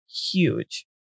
huge